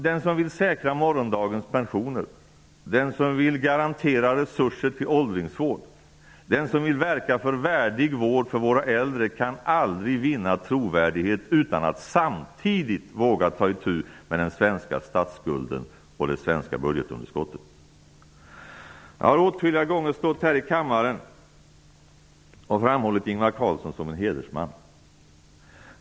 Den som vill säkra morgondagens pensioner, den som vill garantera resurser till åldringsvård, den som vill verka för värdig vård för våra äldre, den kan aldrig vinna trovärdighet utan att samtidigt våga ta itu med den svenska statsskulden och det svenska budgetunderskottet. Jag har åtskilliga gånger stått här i kammaren och framhållit Ingvar Carlsson som en hedersman.